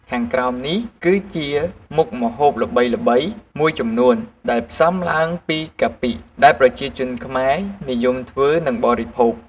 ខាងក្រោមនេះ គឺជាមុខម្ហូបល្បីៗមួយចំនួនដែលផ្សំឡើងពីកាពិ ដែលប្រជាជនខ្មែរនិយមធ្វើនិងបរិភោគ។